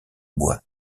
bois